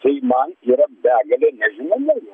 tai man yra begalė nežinomųjų